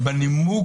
בנימוק